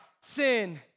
sin